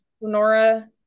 Nora